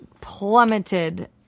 plummeted